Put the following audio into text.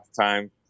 time